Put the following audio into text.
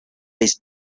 his